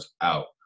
out